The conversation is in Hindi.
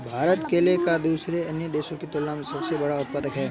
भारत केले का दूसरे अन्य देशों की तुलना में सबसे बड़ा उत्पादक है